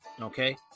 Okay